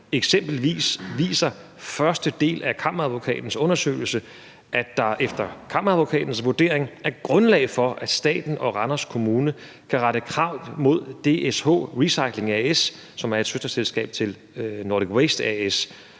Eksempelvis viser første del af Kammeradvokatens undersøgelse, at der efter Kammeradvokatens vurdering er grundlag for, at staten og Randers Kommune kan rette krav mod DSH Recycling A/S, som er et søsterselskab til Nordic Waste A/S,